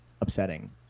upsetting